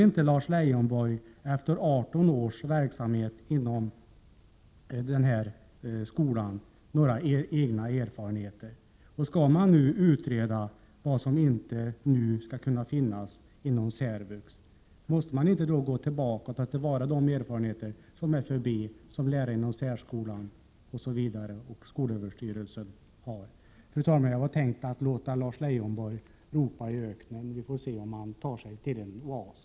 Har Lars Leijonborg inte några egna erfarenheter av denna skolverksamhet, som har bedrivits i 18 år? Om man nu skall utreda vad som skall finnas inom särvux, måste man då inte ta till vara de erfarenheter som finns inom FUB, hos lärare inom särskolan och inom skolöverstyrelsen? Fru talman! Jag har tänkt att låta Lars Leijonborg få ropa i öknen. Vi får se om han tar sig till en oas.